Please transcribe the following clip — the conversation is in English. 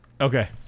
okay